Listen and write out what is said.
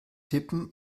tippen